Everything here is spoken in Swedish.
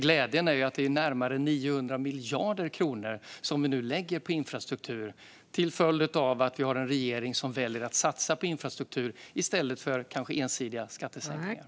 Glädjande är att det läggs närmare 900 miljarder på infrastruktur tack vare en regering som väljer att satsa på infrastruktur i stället för på ensidiga skattesänkningar.